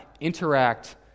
interact